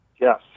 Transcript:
Yes